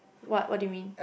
what what do you mean